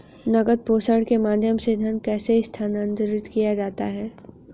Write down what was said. नकद प्रेषण के माध्यम से धन कैसे स्थानांतरित किया जाता है?